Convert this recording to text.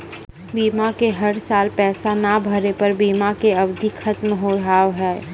बीमा के हर साल पैसा ना भरे पर बीमा के अवधि खत्म हो हाव हाय?